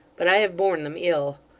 but i have borne them ill.